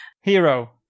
hero